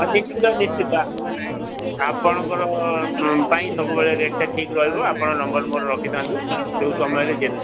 ହଁ ନିଶ୍ଚିତ ନିଶ୍ଚିତ ଆପଣଙ୍କର ପାଇଁ ସବୁବେଳେ ରେଟ୍ଟା ଠିକ ରହିବ ଆପଣ ନମ୍ବର ମୋର ରଖିଥାନ୍ତୁ ଯୋଉ ସମୟରେ